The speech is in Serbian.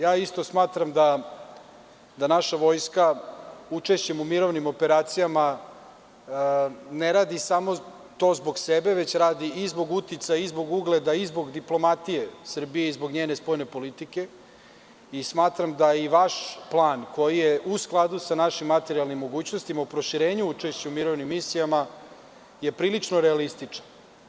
Ja isto smatram da naša vojska učešćem u mirovnim operacijama ne radi samo to zbog sebe, već i zbog uticaja i zbog ugleda i diplomatije Srbije i zbog njene spoljne politike i smatram da i vaš plan koji je u skladu sa našim materijalnim mogućnostima, u proširenju učešća u mirovnim misijama je prilično realističan.